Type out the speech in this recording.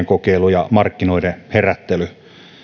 kokeilu ja markkinoiden herättely